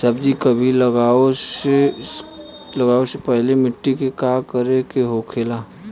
सब्जी कभी लगाओ से पहले मिट्टी के का करे के होखे ला?